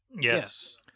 Yes